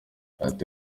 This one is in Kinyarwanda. ati